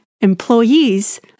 employees